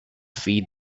feed